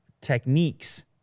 techniques